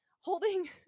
holding